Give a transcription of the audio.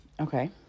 Okay